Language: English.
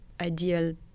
ideal